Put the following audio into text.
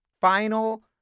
final